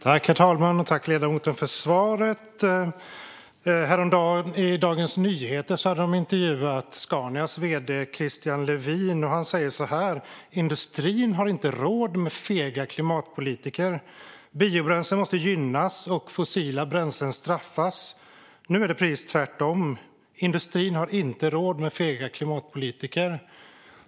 Herr talman! Jag tackar ledamoten för svaret. Häromdagen var det en intervju med Scanias vd Christian Levin i Dagens Nyheter. Han sa att industrin inte har råd med fega klimatpolitiker. Biobränslen måste gynnas och fossila bränslen straffas. Nu är det precis tvärtom. Industrin har inte råd med fega klimatpolitiker.